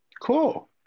Cool